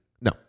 No